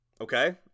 Okay